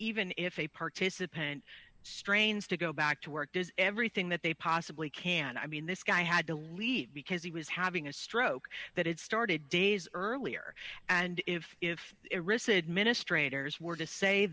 even if a participant strains to go back to work does everything that they possibly can i mean this guy had to leave because he was having a stroke that had started days earlier and if if it riseth administrators were